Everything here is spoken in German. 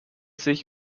sich